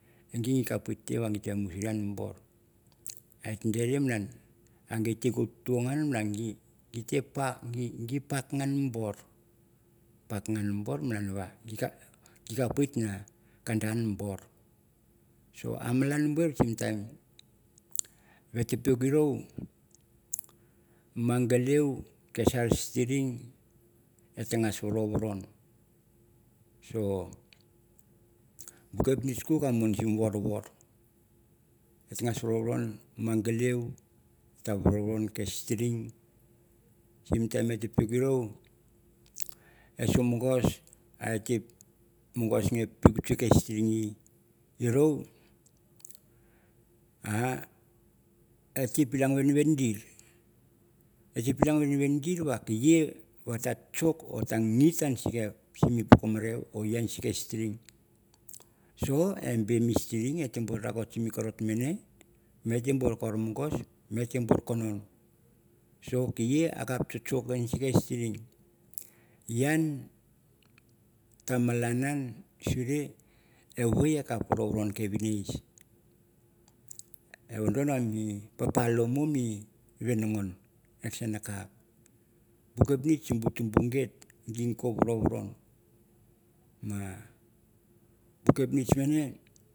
Gi kate git me valusuri bor st dere malan git te tunuan malann gi ve be kapo wit na kanda mi bar. so a malan an time e piuk e rona. Ma gelen ke sarin e ta vadonadon. Bu kepnitch kuku a mon sim vorvor et ta puk e ro, et ta pilang nenuen sir et ta pilang vadonadon ma belew, ta vadovadonma sim time ta et ta puk e ro, et ta mongos, et et ta mongos ve ariri ke string et ta mongos ve et ta pilang vevendir ve ka ie ta ta chock or ka ngit sim mi poko mareu si ke string. So e bam mi string et te rakot sim mi karot nemane ve et tem no kor monkos ve mi tem konon. So a ie kap no vovodon ke venis. e vadon mi paplo mi venangon. ek sen a kup bu kepnitch sim bu tumbu git no vedonedon. By kepnitch mane.